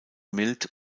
mild